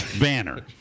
banner